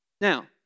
Now